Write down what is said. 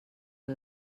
que